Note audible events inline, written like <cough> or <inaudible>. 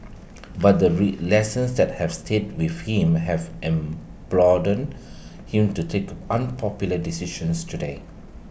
<noise> but the ray lessons that have stayed with him have am <unintelligible> him to take unpopular decisions today